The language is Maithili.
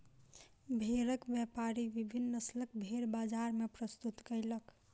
भेड़क व्यापारी विभिन्न नस्लक भेड़ बजार मे प्रस्तुत कयलक